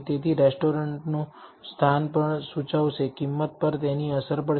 તેથી રેસ્ટોરેન્ટનું સ્થાન પણ સૂચવશે કિંમત પર તેની અસર પડશે